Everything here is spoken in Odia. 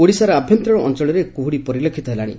ଓଡ଼ିଶାର ଆଭ୍ୟନ୍ତରୀଣ ଅଅଳରେ କୁହୁଡ଼ି ପରିଲକ୍ଷିତ ହେଲାଶି